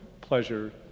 pleasure